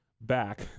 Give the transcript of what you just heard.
back